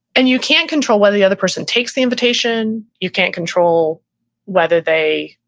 and you can't control whether the other person takes the invitation. you can't control whether they